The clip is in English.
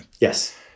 Yes